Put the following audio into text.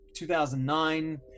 2009